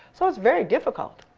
so it's very difficult.